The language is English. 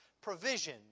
provision